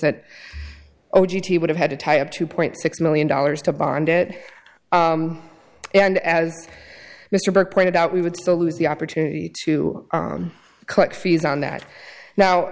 that o d t would have had to tie up two point six million dollars to bond it and as mr burke pointed out we would still lose the opportunity to collect fees on that now